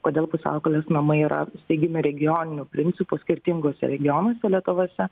kodėl pusiaukelės namai yra steigiami regioniniu principu skirtinguose regionuose lietuvose